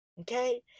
okay